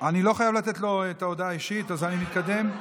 לא חייב לתת לו את ההודעה האישית, אז אני מתקדם.